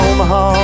Omaha